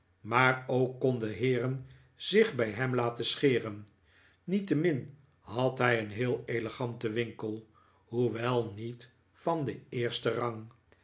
maar ook konden heeren zich bij hem laten scheren niettemin had hij een heel eleganten winkel hoewel niet van den eersten rang